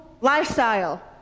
lifestyle